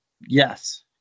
Yes